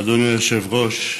אדוני היושב-ראש,